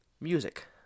music